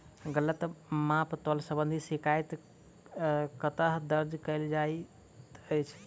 गलत माप तोल संबंधी शिकायत कतह दर्ज कैल जाइत अछि?